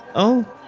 oh,